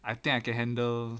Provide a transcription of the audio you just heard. I think I can handle